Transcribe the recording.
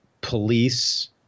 police